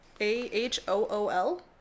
A-H-O-O-L